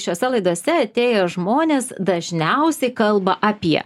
šiose laidose atėję žmonės dažniausiai kalba apie